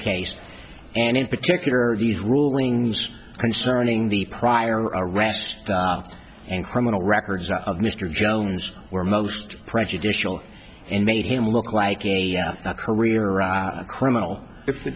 case and in particular these rulings concerning the prior arrest and criminal records of mr jones were most prejudicial and made him look like a career criminal if the